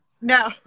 No